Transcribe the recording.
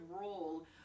role